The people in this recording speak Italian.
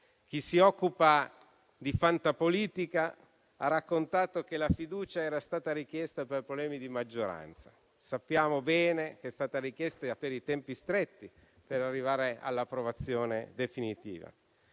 Chi si occupa di fantapolitica ha raccontato che la fiducia era stata richiesta per problemi di maggioranza. Sappiamo bene che è stata richiesta per i tempi stretti per arrivare all'approvazione definitiva.